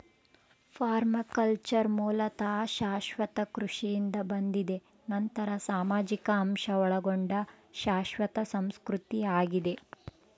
permaculture ಮೂಲತಃ ಶಾಶ್ವತ ಕೃಷಿಯಿಂದ ಬಂದಿದೆ ನಂತರ ಸಾಮಾಜಿಕ ಅಂಶ ಒಳಗೊಂಡ ಶಾಶ್ವತ ಸಂಸ್ಕೃತಿ ಆಗಿದೆ